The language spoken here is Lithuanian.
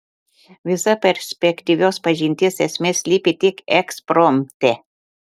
visa perspektyvios pažinties esmė slypi tik ekspromte